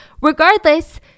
Regardless